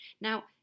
Now